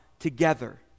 Together